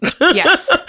yes